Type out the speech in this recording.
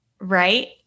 Right